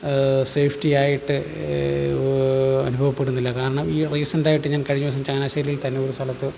സേഫ്റ്റിയായിട്ട് അനുഭവപ്പെടുന്നില്ല കാരണം ഈ റീസെൻറ്റായിട്ട് ഞാൻ കഴിഞ്ഞ ദിവസം ചങ്ങനാശേരിയിൽ തന്നെ ഒരു സ്ഥലത്ത്